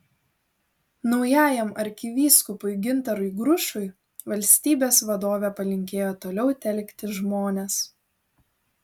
naujajam arkivyskupui gintarui grušui valstybės vadovė palinkėjo toliau telkti žmones